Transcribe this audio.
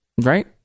right